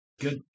good